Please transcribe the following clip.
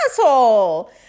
asshole